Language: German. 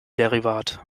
derivat